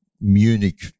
Munich